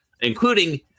including